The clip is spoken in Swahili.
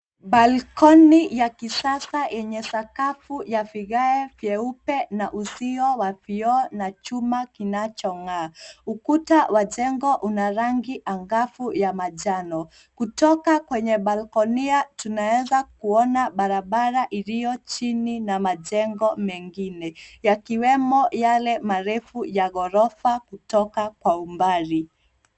Balcony ya kisasa yenye sakafu ya vigae vyeupe na uzio wa vioo na chuma kinachong'aa. Ukuta wa jengo una rangi angavu ya manjano. Kutoka kwenye balcony tunawezakuona barabara iliyo chini na majengo mengine yakiwemo yale marefu ya ghorofa kutoka kwa umbali.